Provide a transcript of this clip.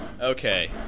Okay